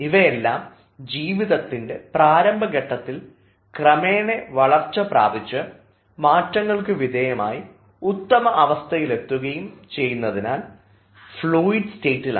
ഇവയെല്ലാം ജീവിതത്തിൻറെ പ്രാരംഭഘട്ടത്തിൽ ക്രമേണ വളർച്ച പ്രാപിച്ച് മാറ്റങ്ങൾക്ക് വിധേയമായി ഉത്തമ അവസ്ഥയിലെത്തുകയും ചെയ്യുന്നതിനാൽ ഫ്ലൂയിഡ് സ്റ്റേറ്റിലാണ്